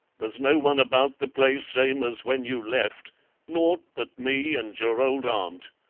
there's no one about the place same as when you left nought but me and your old aunt.